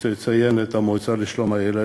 את המועצה לשלום הילד,